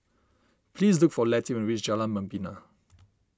please look for Letty when you reach Jalan Membina